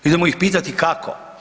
Idemo ih pitati kako.